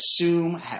assume